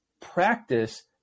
practice